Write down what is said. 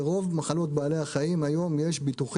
לרוב מחלות בעלי החיים יש היום ביטוחים,